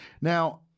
Now